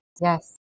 Yes